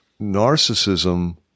narcissism